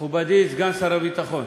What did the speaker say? מכובדי סגן שר הביטחון,